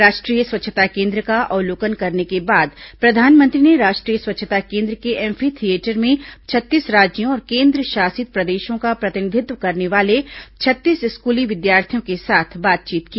राष्ट्रीय स्वच्छता केंद्र का अवलोकन करने के बाद प्रधानमंत्री ने राष्ट्रीय स्वच्छता केंद्र के एम्फी थियेटर में छत्तीस राज्यों और केंद्रशासित प्रदेशों का प्रतिनिधित्व करने वाले छत्तीस स्कूली विद्यार्थियों के साथ बातचीत की